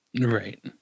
Right